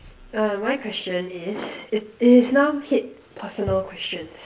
uh my question is it is now hit personal questions